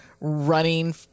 running